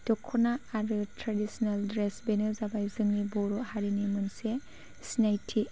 दख'ना आरो traditional dress बेनो जाबाय जोंनि बर' हारिनि मोनसे सिनायथि